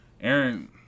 Aaron –